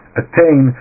attain